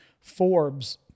Forbes